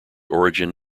origin